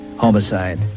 Homicide